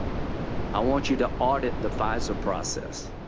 i want you to audit the fisa process.